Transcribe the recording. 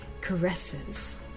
caresses